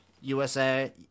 USA